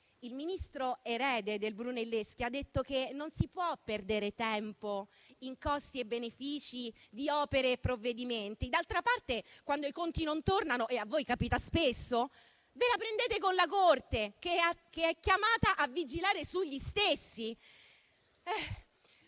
Il Ministro, erede del Brunelleschi, ha detto che non si può perdere tempo in costi e benefici di opere e provvedimenti. D'altra parte, quando i conti non tornano - e a voi capita spesso - ve la prendete con la Corte, che è chiamata a vigilare sugli stessi.